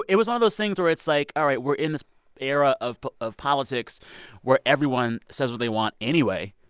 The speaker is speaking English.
it was one of those things where it's like, all right, we're in this era of of politics where everyone says what they want anyway,